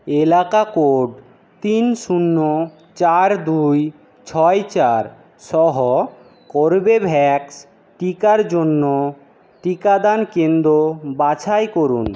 এলাকা কোড তিন শূন্য চার দুই ছয় চার সহ কর্বেভ্যাক্স টিকার জন্য টিকাদান কেন্দ্র বাছাই করুন